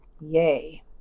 yay